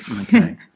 Okay